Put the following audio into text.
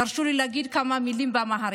תרשו לי להגיד כמה מילים באמהרית.